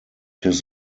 his